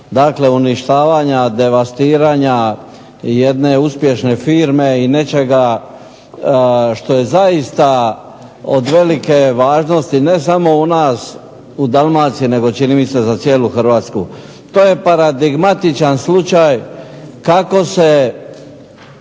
dakle uništavanja, devastiranja jedne uspješne firme i nečega što je zaista od velike važnosti ne samo u nas u Dalmaciji, nego čini mi se za cijelu Hrvatsku. To je paradigmatičan slučaj kako su